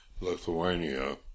Lithuania